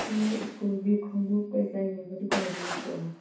ꯁꯤ ꯁ꯭ꯀꯨꯜꯒꯤ ꯈꯣꯡꯎꯞ ꯀꯩꯀꯩ ꯌꯣꯟꯕ ꯗꯨꯀꯥꯟꯗꯨ ꯅꯠꯇ꯭ꯔꯣ